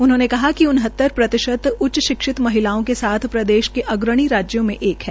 उन्होंने कहा कि उन्हतर प्रतिशत उच्च शिक्षित महिलाओं के साथ प्रदेश देश के अग्रणी राज्यों में एक है